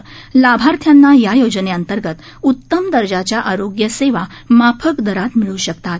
लाभार्थ्यांना या योजनेअंतर्गत उत्तम दर्जाच्या आरोग्यसेवा माफक दरात मिळू शकतात